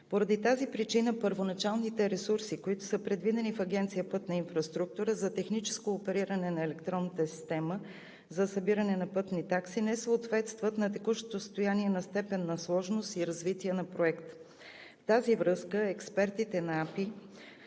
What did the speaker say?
Поради тази причина първоначалните ресурси, които са предвидени в Агенция „Пътна инфраструктура“ за техническо опериране на електронната система за събиране на пътни такси, не съответстват на текущото състояние на степен на сложност и развитие на Проекта. В тази връзка експертите на АПИ